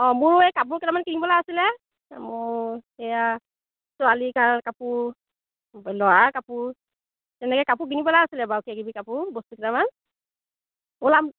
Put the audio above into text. অঁ মোৰো এই কাপোৰ কেইটামান কিনিবলৈ আছিলে মোৰ এইয়া ছোৱালীৰ কাপোৰ ল'ৰাৰ কাপোৰ তেনেকৈ কাপোৰ কিনিবলৈ আছিলে বাৰু কিবাকিবি কাপোৰ বস্তু কেইটামান ওলাম